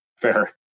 Fair